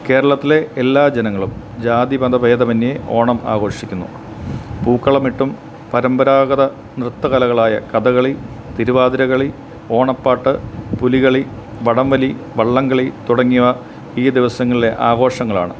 കേരളത്തിലെ എല്ലാ ജനങ്ങളും ജാതിമതഭേദമന്യേ ഓണം ആഘോഷിക്കുന്നു പൂക്കളമിട്ടും പരമ്പരാഗത നൃത്ത കലകളായ കഥകളി തിരുവാതിരകളി ഓണപ്പാട്ട് പുലികളി വടംവലി വള്ളംകളി തുടങ്ങിയവ ഈ ദിവസങ്ങളിലെ ആഘോഷങ്ങളാണ്